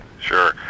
Sure